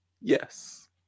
Yes